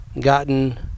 gotten